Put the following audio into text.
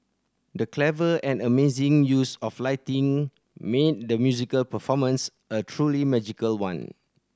the clever and amazing use of lighting made the musical performance a truly magical one